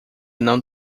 não